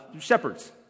shepherds